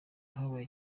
habaye